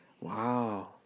Wow